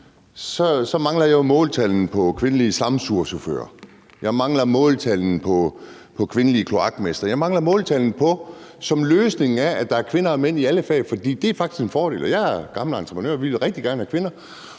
mangler jeg jo måltallene for kvindelige langturschauffører, jeg mangler måltallene for kvindelige kloakmestre, jeg mangler måltallene for løsningen, der gør, at der er kvinder og mænd i alle fag, for det er faktisk en fordel. Jeg er gammel entreprenør, og vi vil rigtig gerne have kvinder.